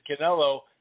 canelo